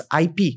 IP